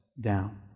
down